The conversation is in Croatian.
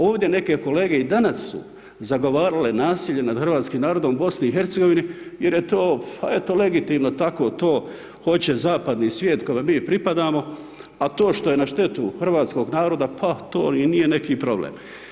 Ovdje neki kolege i danas su zagovarali nasilje nad hrvatskim narodom u BIH jer je to legitimno, tako to hoće zapadni svijet kojemu mi pripadamo, a to što je na štetu hrvatskog naroda, pa i to nije neki problem.